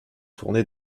tournée